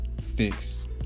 fix